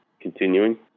continuing